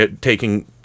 taking